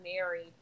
married